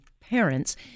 parents